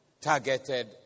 targeted